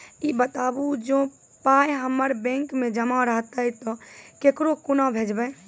ई बताऊ जे पाय हमर बैंक मे जमा रहतै तऽ ककरो कूना भेजबै?